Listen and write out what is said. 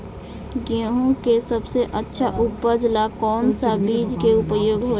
गेहूँ के सबसे अच्छा उपज ला कौन सा बिज के उपयोग होला?